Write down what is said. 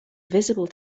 visible